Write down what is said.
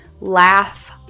laugh